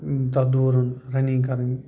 تَتھ دورُن رَنِنٛگ کَرٕنۍ